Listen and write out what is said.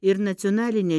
ir nacionalinė